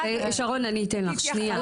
שרון אני אתן לך, שניה.